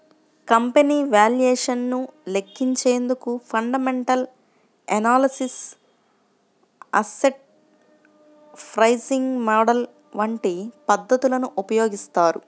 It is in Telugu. కంపెనీ వాల్యుయేషన్ ను లెక్కించేందుకు fundamental analysis, asset pricing model వంటి పద్ధతులను ఉపయోగిస్తారు